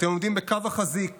אתם עומדים בקו החזית